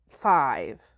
five